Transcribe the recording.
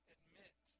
Admit